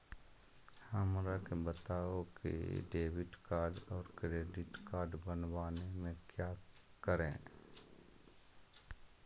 हमरा के बताओ की डेबिट कार्ड और क्रेडिट कार्ड बनवाने में क्या करें?